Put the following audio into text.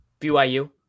BYU